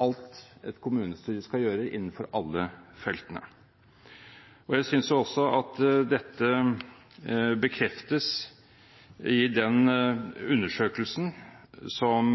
alt et kommunestyre skal gjøre innenfor alle feltene. Jeg synes også at dette bekreftes i den undersøkelsen som